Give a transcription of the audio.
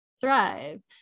thrive